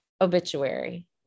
obituary